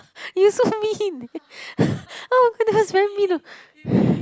you so mean oh my goodness that's very mean